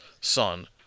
son